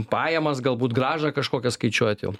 pajamas galbūt grąžą kažkokią skaičiuojat jau